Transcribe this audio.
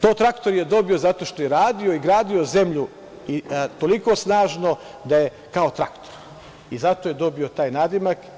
To traktor je dobio zato što je radio i gradio zemlju toliko snažno da je kao traktor i zato je dobio taj nadimak.